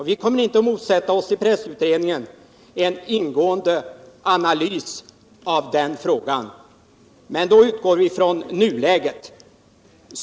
Vi kommer inte i pressutredningen att motsätta oss en ingående analys av den frågan, men då utgår vi från nuläget.